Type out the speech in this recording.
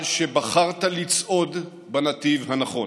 על שבחרת לצעוד בנתיב הנכון,